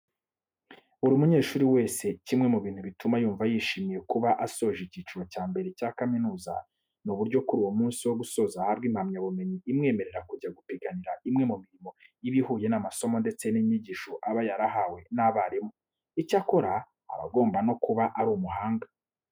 Buri munyeshuri wese kimwe mu bintu bituma yumva yishimiye kuba asoje icyiciro cya mbere cya kaminuza, ni uburyo kuri uwo munsi wo gusoza ahabwa impamyabumenyi imwemerera kujya gupiganira imwe mu mirimo iba ihuye n'amasomo ndetse n'inyigisho aba yarahawe n'abarimu. Icyakora, aba agomba no kuba ari umuhanga.